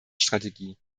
strategie